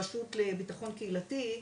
ברשות לביטחון קהילתי,